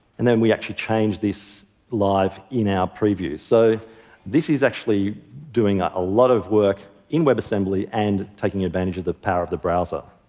and then we actually change these live in-app previews. so this is actually doing a lot of work in webassembly and taking advantage of the power of the browser.